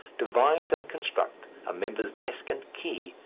devise and construct a member's desk and key,